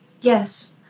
Yes